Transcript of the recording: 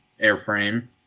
airframe